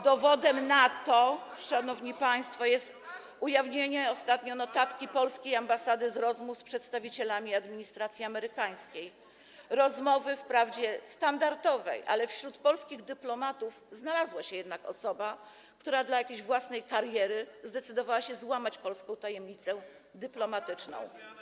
Dowodem na to, szanowni państwo, jest ujawnienie ostatnio notatki polskiej ambasady z rozmów z przedstawicielami administracji amerykańskiej - rozmowy wprawdzie standardowej, ale wśród polskich dyplomatów znalazła się jednak osoba, która dla jakiejś własnej kariery zdecydowała się złamać polską tajemnicę dyplomatyczną.